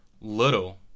Little